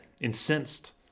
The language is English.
incensed